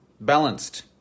balanced